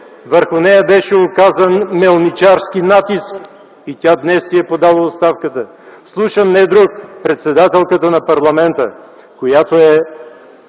Върху нея беше оказан мелничарски натиск и тя днес си е подала оставката. Слушам не друг, а председателката на парламента, която е